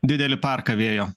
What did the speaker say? didelį parką vėjo